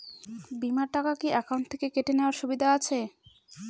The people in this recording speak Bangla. বিমার টাকা কি অ্যাকাউন্ট থেকে কেটে নেওয়ার সুবিধা আছে?